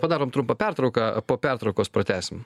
padarom trumpą pertrauką po pertraukos pratęsim